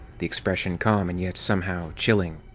the expression calm and yet somehow chilling.